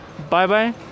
Bye-bye